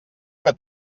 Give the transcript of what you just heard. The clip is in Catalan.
que